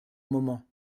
moment